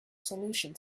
solution